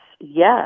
Yes